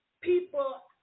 people